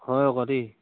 হয় আক' দেই